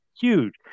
huge